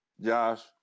Josh